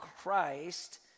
Christ